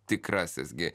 tikrasis gi